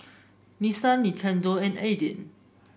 Nissan Nintendo and Aden